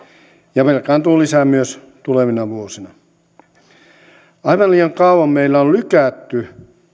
ja velkaantuu lisää myös tulevina vuosina aivan liian kauan meillä on lykätty